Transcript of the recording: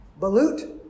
Balut